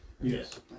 Yes